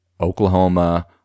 Oklahoma